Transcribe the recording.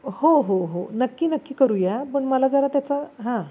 हो हो हो नक्की नक्की करूया पण मला जरा त्याचा हां